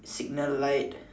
signal light